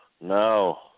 No